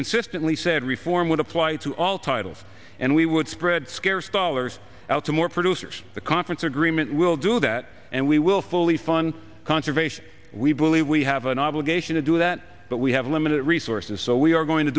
consistently said reform would apply to all titles and we would spread scarce dollars out to more producers the conference agreement will do that and we will fully fund conservation we believe we have an obligation to do that but we have limited resources so we are going to